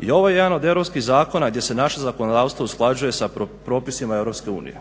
I ovo je jedan od europskih zakona gdje se naše zakonodavstvo usklađuje sa propisima EU.